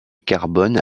carbone